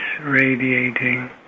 radiating